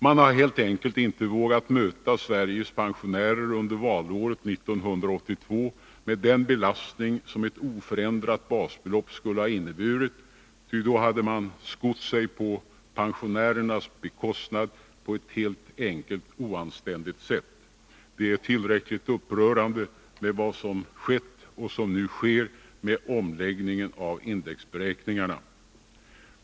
Man har helt enkelt inte vågat möta Sveriges pensionärer under valåret 1982 med den belastning som ett oförändrat basbelopp skulle ha inneburit, ty då hade man skott sig på pensionärernas bekostnad på ett helt enkelt oanständigt sätt. Det är tillräckligt upprörande med vad som skett och som nu sker med omläggningen av indexberäkningarna.